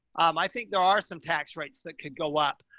um i think there are some tax rates that could go up.